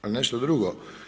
Ali nešto drugo.